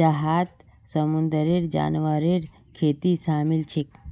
जहात समुंदरेर जानवरेर खेती शामिल छेक